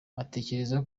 atekereza